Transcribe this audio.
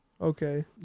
Okay